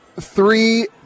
three